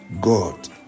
God